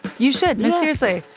you should. no, seriously.